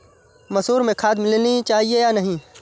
मसूर में खाद मिलनी चाहिए या नहीं?